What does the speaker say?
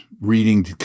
reading